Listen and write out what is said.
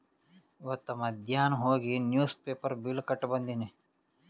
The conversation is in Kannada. ಇವತ್ ಮಧ್ಯಾನ್ ಹೋಗಿ ನಿವ್ಸ್ ಪೇಪರ್ ಬಿಲ್ ಕಟ್ಟಿ ಬಂದಿನಿ